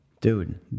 dude